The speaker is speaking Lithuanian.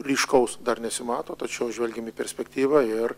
ryškaus dar nesimato tačiau žvelgiam į perspektyvą ir